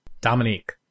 Dominique